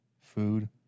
Food